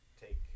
take